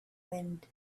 wind